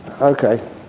Okay